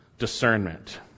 Discernment